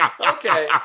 Okay